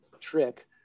trick